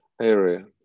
area